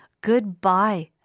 goodbye